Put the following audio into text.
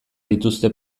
dituzte